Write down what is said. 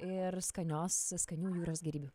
ir skanios skanių jūros gėrybių